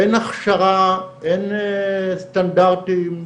אין הכשרה, אין סטנדרטים.